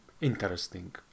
interesting